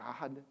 God